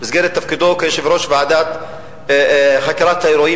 במסגרת תפקידו כיושב-ראש ועדת חקירת האירועים